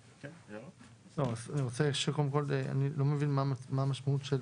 קודם כל, אני לא מבין מה המשמעות של